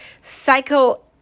psycho